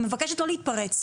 אני מבקשת לא להתפרץ.